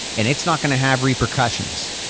and it's not going to have repercussions,